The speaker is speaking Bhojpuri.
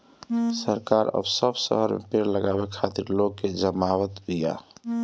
सरकार अब सब शहर में पेड़ लगावे खातिर लोग के जगावत बिया